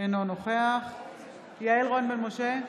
אינו נוכח יעל רון בן משה,